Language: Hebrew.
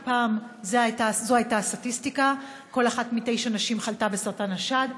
כי פעם זאת הייתה הסטטיסטיקה: אחת מתשע נשים חלתה בסרטן השד.